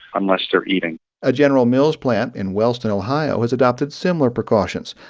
unless they're eating a general mills plant in wellston, ohio, has adopted similar precautions,